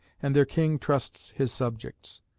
and their king trusts his subjects.